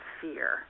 fear